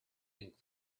and